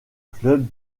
club